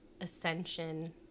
ascension